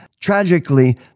Tragically